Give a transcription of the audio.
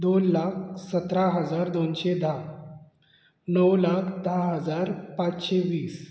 दोन लाख सतरा हजार दोनशें धा णव लाख धा हजार पाचशें वीस